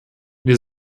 wir